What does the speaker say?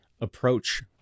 approach